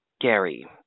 gary